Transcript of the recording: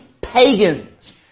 pagans